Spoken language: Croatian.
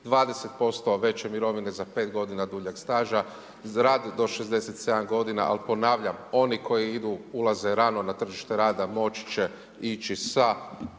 20% veće mirovine za 5 g. duljeg staža, za rad do 67 g. ali ponavljam, oni koji idu ulaze rano na tržište rada, moći će ići sa